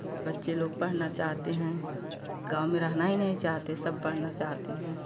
इस बच्चे लोग पढ़ना चाहते हैं गाँव में रहना ही नहीं चाहते सब पढ़ना चाहते हैं